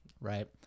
right